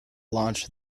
launch